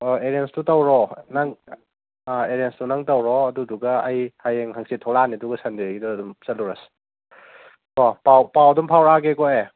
ꯍꯣꯏ ꯑꯦꯔꯦꯟꯖꯇꯣ ꯇꯧꯔꯣ ꯅꯪ ꯑꯥ ꯑꯦꯔꯦꯟꯖꯇꯣ ꯅꯪ ꯇꯧꯔꯣ ꯑꯗꯨꯗꯨꯒ ꯑꯩ ꯍꯌꯦꯡ ꯍꯥꯡꯆꯤꯠ ꯊꯣꯛꯂꯛꯑꯅꯤ ꯑꯗꯨꯒ ꯁꯟꯗꯦꯒꯤꯗꯨꯗ ꯑꯗꯨꯝ ꯆꯠꯂꯨꯔꯁꯦ ꯀꯣ ꯄꯥꯎ ꯄꯥꯎ ꯑꯗꯨꯝ ꯐꯥꯎꯔꯛꯑꯒꯦꯀꯣ ꯑꯩ